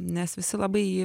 nes visi labai jį